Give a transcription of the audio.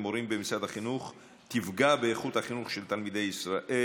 למורים במשרד החינוך תפגע באיכות החינוך של תלמידי ישראל,